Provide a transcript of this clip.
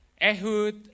Ehud